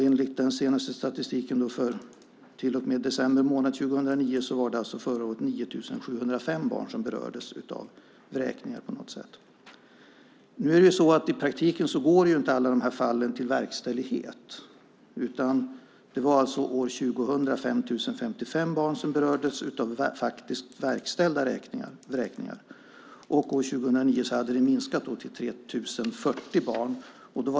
Enligt den senaste statistiken för till och med december 2009 var det 9 705 barn som berördes av vräkningar på något sätt. I praktiken går inte alla de fallen till verkställighet. År 2000 var det 5 055 barn som berördes av verkställda vräkningar. År 2009 hade det minskat till 3 040 barn.